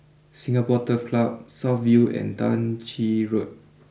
Singapore Turf Club South view and Tah Ching Road